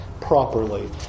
properly